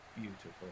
beautiful